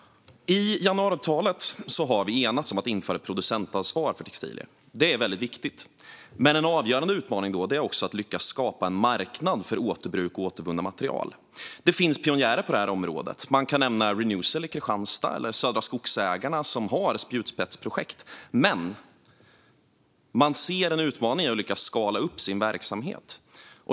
I januariavtalet har vi enats om att införa ett producentansvar för textilier. Det är väldigt viktigt. Men en avgörande utmaning är också att lyckas skapa en marknad för återbruk och återvunna material. Det finns pionjärer på det här området. Man kan nämna Renewcell i Kristianstad och Södra Skogsägarna som har spjutspetsprojekt, men man ser en utmaning i att lyckas skala upp sin verksamhet.